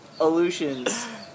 illusions